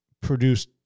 produced